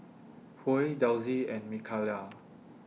Huey Delsie and Mikayla